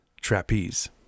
Trapeze